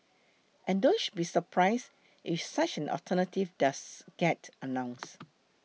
and don't be surprised if such an alternative does get announced